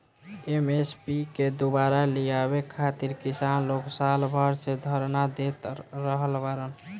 MSP के दुबारा लियावे खातिर किसान लोग साल भर से धरना देत आ रहल बाड़न